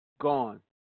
Gone